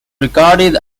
regarded